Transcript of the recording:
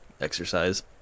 exercise